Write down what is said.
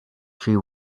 she